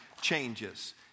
changes